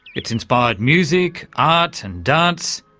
it's inspired music, art and dance,